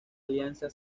alianza